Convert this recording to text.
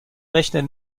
rechner